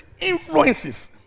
influences